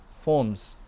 forms